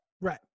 Right